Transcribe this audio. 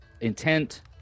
intent